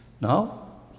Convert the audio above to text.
now